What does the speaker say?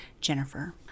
Jennifer